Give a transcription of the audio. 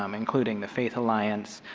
um including the faith alliance,